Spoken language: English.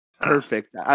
Perfect